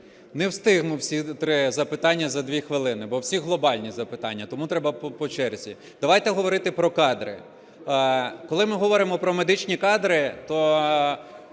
Не встигну всі три запитання за 2 хвилини, бо всі глобальні запитання, тому треба по черзі. Давайте говорити про кадри. Коли ми говоримо про медичні кадри, то